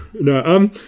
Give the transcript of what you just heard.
no